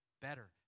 better